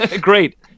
great